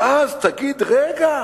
ואז תגיד: רגע,